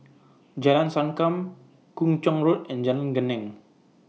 Jalan Sankam Kung Chong Road and Jalan Geneng